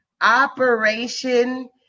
Operation